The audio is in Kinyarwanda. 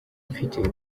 mfite